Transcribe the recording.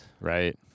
right